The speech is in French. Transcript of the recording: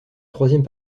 troisième